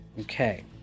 Okay